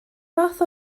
fath